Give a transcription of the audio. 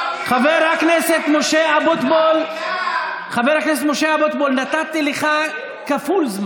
חבר הכנסת משה אבוטבול, נתתי לך זמן כפול.